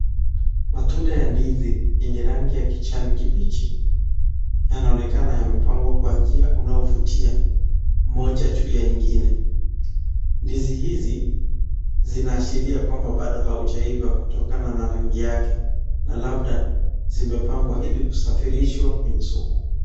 Matunda ya ndizi yenye rangi ya kijani kibichi yanaonekana yamepangwa kwa njia inayovutia moja juu ya ingine ndizi hizi zinaashiria kwamba bado haujaiva kutokana na rangi yake na labda zimepangwa ili kusafirishwa kwenye soko.